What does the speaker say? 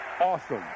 awesome